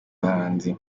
bahanzi